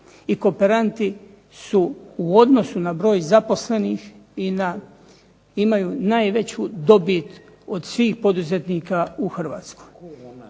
kooperanti su u odnosu na broj zaposlenih imaju najveću dobit od svih poduzetnika u Hrvatskoj